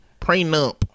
Prenup